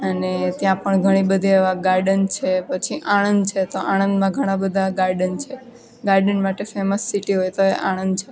અને ત્યાં પણ ઘણી બધી એવા ગાર્ડન છે પછી આણંદ છે તો આણંદમાં ઘણા બધા ગાર્ડન છે ગાર્ડન માટે ફેમસ સિટી હોય તો એ આણંદ છે